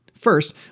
First